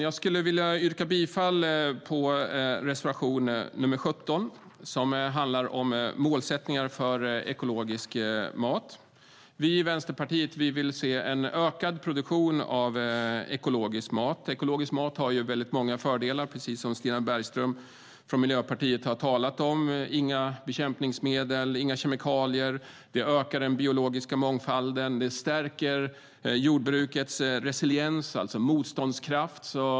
Jag vill yrka bifall till reservation 17, som handlar om målsättningar för ekologisk mat. Vi i Vänsterpartiet vill se en ökad produktion av ekologisk mat. Ekologisk mat har ju många fördelar, precis som Stina Bergström från Miljöpartiet har talat om. Det är inga bekämpningsmedel och inga kemikalier. Det ökar den biologiska mångfalden och stärker jordbrukets resiliens, alltså motståndskraft.